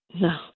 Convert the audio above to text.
No